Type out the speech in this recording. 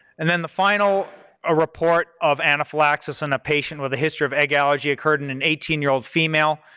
and then the final ah report of anaphylaxis in a patient with a history of egg allergy occurred in an eighteen year old female.